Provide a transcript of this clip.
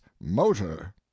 motor